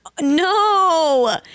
no